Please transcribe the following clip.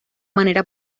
manera